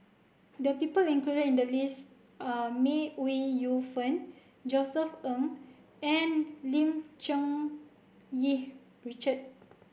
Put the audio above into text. the people included in the list are May Ooi Yu Fen Josef Ng and Lim Cherng Yih Richard